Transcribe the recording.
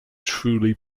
truly